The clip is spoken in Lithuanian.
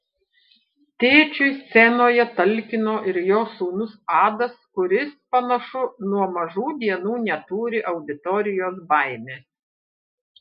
tėčiui scenoje talkino ir jo sūnus adas kuris panašu nuo mažų dienų neturi auditorijos baimės